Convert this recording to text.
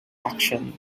action